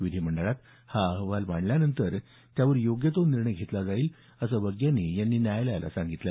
विधीमंडळात आ अहवाल मांडल्यानंतर त्यावर योग्य तो निर्णय घेतला जाईल असं वग्यानी यांनी न्यायालयाला सांगितलं